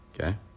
Okay